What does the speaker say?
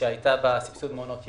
שהייתה בתקצוב מעונות יום.